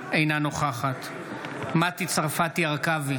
אינה נוכחת מטי צרפתי הרכבי,